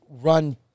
run